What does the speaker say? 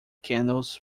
candles